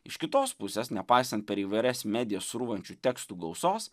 iš kitos pusės nepaisant per įvairias medijas srūvančių tekstų gausos